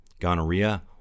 gonorrhea